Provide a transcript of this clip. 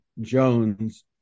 Jones